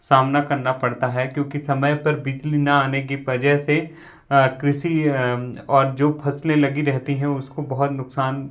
सामना करना पड़ता है क्योंकि समय पर बिजली न आने की वजह से कृषि और जो फसलें लगी रहती हैं उसको बहुत नुकसान